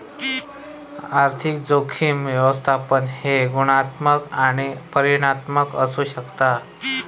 आर्थिक जोखीम व्यवस्थापन हे गुणात्मक आणि परिमाणात्मक असू शकता